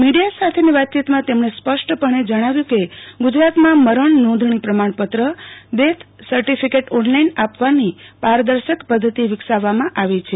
media સાથે વાતચીતમાં તેમણે રપષ્ટપણે જણાવ્યું કે ગુજરાતમાં મરણ નોંધણી પમાણપત્ર ડેથ સર્ટિફિકેટ ઓનલાઈન આપવાની પારદર્શક પધ્ધતિ વિકસાવવામાં આવી છે